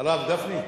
הרב גפני,